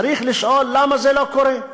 צריך לשאול למה זה לא קורה,